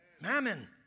Mammon